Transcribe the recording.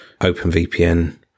OpenVPN